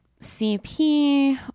CP